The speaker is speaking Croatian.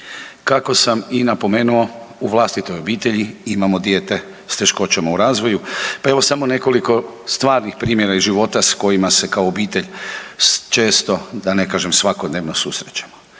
Kako sam i napomeno u vlastitoj obitelji imamo dijete s teškoćama u razvoju, pa evo samo nekoliko stvarnih primjera iz života s kojima se kao obitelj često da ne kažem svakodnevno susrećemo.